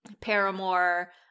Paramore